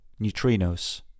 neutrinos